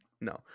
No